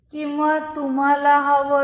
किंवा तुम्हाला हवं तर